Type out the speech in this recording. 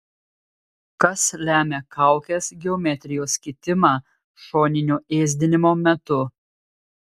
kas lemia kaukės geometrijos kitimą šoninio ėsdinimo metu